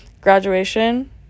graduation